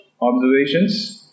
observations